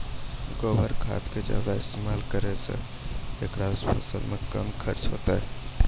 गोबर खाद के ज्यादा इस्तेमाल करौ ऐकरा से फसल मे कम खर्च होईतै?